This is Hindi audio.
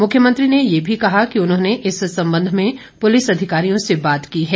मुख्यमंत्री ने यह भी कहा कि उन्होंने इस संबंध में पुलिस अधिकारियों से बात की है